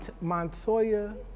Montoya